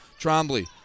Trombley